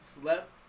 slept